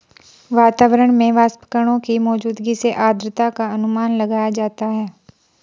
वातावरण में वाष्पकणों की मौजूदगी से आद्रता का अनुमान लगाया जाता है